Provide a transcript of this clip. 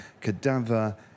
Cadaver